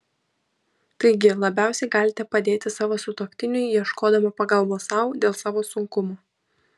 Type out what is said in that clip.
taigi labiausiai galite padėti savo sutuoktiniui ieškodama pagalbos sau dėl savo sunkumo